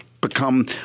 become